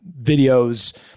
videos